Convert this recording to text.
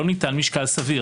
לא ניתן משקל סביר.